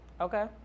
Okay